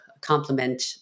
complement